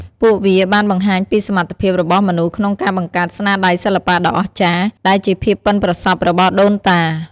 ពួកវាបានបង្ហាញពីសមត្ថភាពរបស់មនុស្សក្នុងការបង្កើតស្នាដៃសិល្បៈដ៏អស្ចារ្យ ដែលជាភាពប៉ិនប្រសប់របស់ដូនតា។